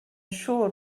siŵr